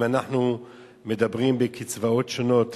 אם אנחנו מדברים על קצבאות שונות,